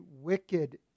wicked